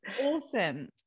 awesome